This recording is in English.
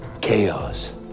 Chaos